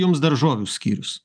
jums daržovių skyrius